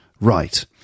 Right